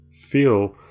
feel